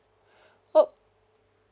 oh